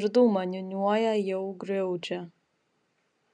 ir dūmą niūniuoja jau griaudžią